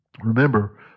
Remember